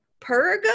Pergo